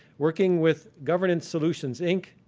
working with governance solutions inc,